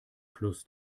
fluss